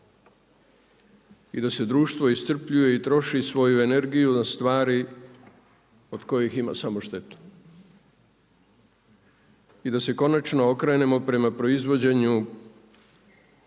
I da se društvo iscrpljuje i troši svoju energiju na stvari od kojih ima samo štetu. I da se konačno okrenemo prema proizvođenju